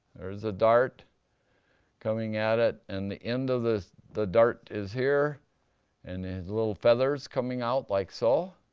there's a dart coming at it and the end of the the dart is here and has little feathers coming out like so.